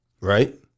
Right